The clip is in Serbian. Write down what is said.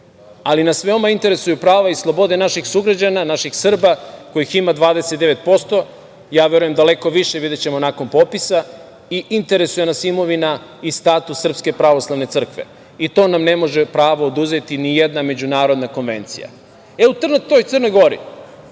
ali nas veoma interesuju prava i slobode naših sugrađana, naših Srba, kojih ima 29%, ja verujem daleko više, videćemo nakon popisa, interesuje nas imovina i status Srpske pravoslavne crkve i to nam pravo ne može oduzeti ni jedna međunarodna konvencija. E, u toj Crnoj Gori